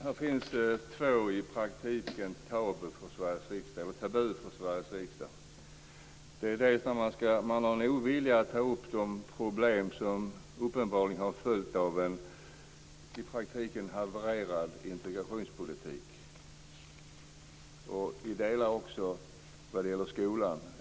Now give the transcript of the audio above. Fru talman! Det finns två tabun i Sveriges riksdag. Man har en ovilja att ta upp de problem som uppenbarligen har följt av en i praktiken havererad integrationspolitik, i delar också vad gäller skolan.